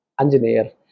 Engineer